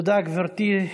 תודה, גברתי.